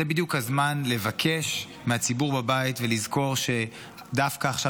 זה בדיוק הזמן לבקש מהציבור בבית לזכור שדווקא עכשיו